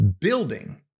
building